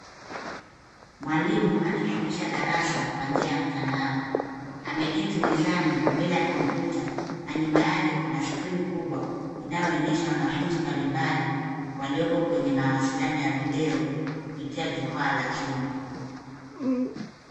Mwalimu akifundisha darasa kwa njia ya mtandao. Ameketi mezani mbele ya kompyuta na nyuma yake kuna skrini kubwa inayoonyesha wanafunzi mbalimbali walioko kwenye mawasiliano ya video kupitia jukwaa la zoom.